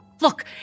Look